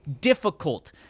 difficult